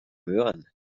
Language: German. möhren